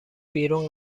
بیرون